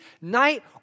night